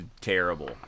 terrible